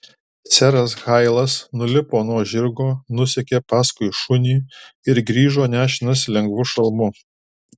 seras hailas nulipo nuo žirgo nusekė paskui šunį ir grįžo nešinas lengvu šalmu